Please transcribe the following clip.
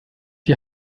die